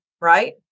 right